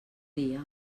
dia